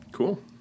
cool